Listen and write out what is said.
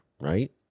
right